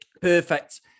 perfect